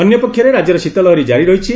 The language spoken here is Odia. ଅନ୍ୟପକ୍ଷରେ ରାଜ୍ୟରେ ଶୀତଲହରୀ ଜାରି ରହିଛି